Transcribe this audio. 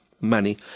money